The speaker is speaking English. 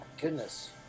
goodness